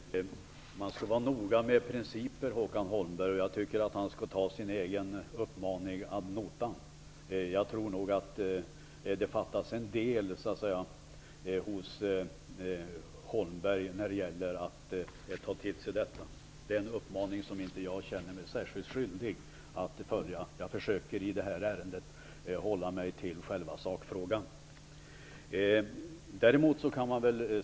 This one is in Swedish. Fru talman! Man skall vara noga med principer, Håkan Holmberg. Jag tycker att han skall ta sin egen uppmaning ad notam. Jag tror nog att det fattas en del hos Håkan Holmberg när det gäller att ta till sig detta. Det är en uppmaning som jag inte känner mig särskilt skyldig att följa. Jag försöker att hålla mig till själva sakfrågan i det här ärendet.